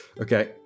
Okay